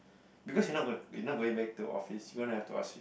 because you not gonna you not going back to office you gonna have to ask him